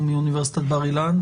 מאוניברסיטת בר אילן.